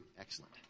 Excellent